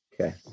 Okay